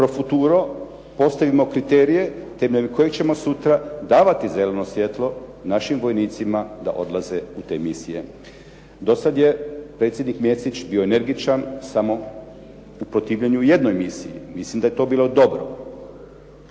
pro futuro postavimo kriterije temeljem kojih ćemo sutra davati zeleno svjetlo našim vojnicima da odlaze u te misije. Do sad je predsjednik Mesić bio energičan samo u protivljenju jednoj misiji. Mislim da je to bilo dobro.